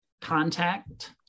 contact